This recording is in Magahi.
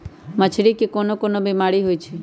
मछरी मे कोन कोन बीमारी होई छई